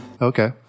Okay